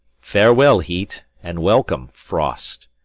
farewell, heat, and welcome, frost!